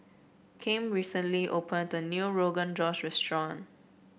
Kem recently opened a new Rogan Josh restaurant